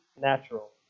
Natural